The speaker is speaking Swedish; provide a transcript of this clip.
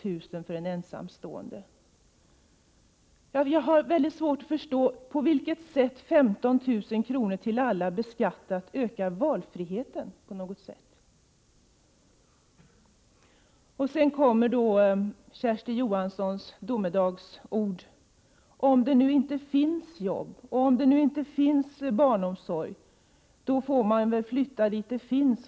innebär för en ensamstående. Jag har väldigt svårt att förstå hur 15 000 beskattade kronor till alla på något sätt skulle öka valfriheten. Sedan över till Kersti Johanssons domedagsprofetia, där hon säger att man om det inte finns jobb och barnomsorg väl får flytta dit detta finns.